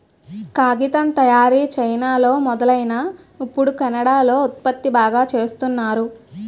కాగితం తయారీ చైనాలో మొదలైనా ఇప్పుడు కెనడా లో ఉత్పత్తి బాగా చేస్తున్నారు